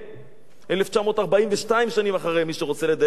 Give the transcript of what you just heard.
1,942 שנים אחרי, למי שרוצה לדייק, פחות או יותר.